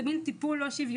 זה טיפול שהוא קצת לא שוויוני,